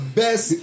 best